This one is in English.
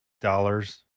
dollars